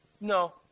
No